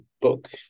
book